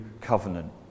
covenant